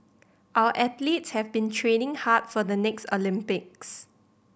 our athletes have been training hard for the next Olympics